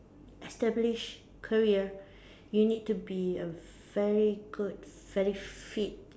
established career you need to be a very good very fit